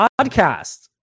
podcast